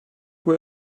were